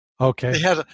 Okay